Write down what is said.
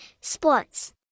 sports